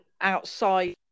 outside